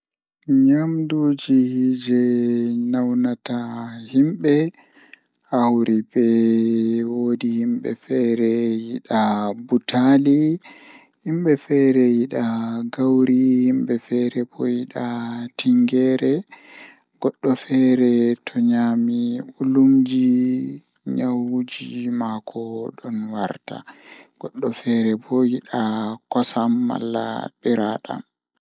Kuugal am komi huwata kannjum woni kuugal ɗemle Miɗo waɗi gollal e ndeer ndiyanɗe e fannuɓe laawol e jamii. Miɗo jokkude e waɗde caɗeele e ɗum sabu mi njogii ko aɗa waawi waɗde. Miɗo enjoyii ngal sabu o miɗo yiɗi goɗɗum e no saama ngal.